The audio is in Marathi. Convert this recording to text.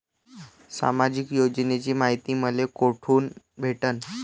सामाजिक योजनेची मायती मले कोठून भेटनं?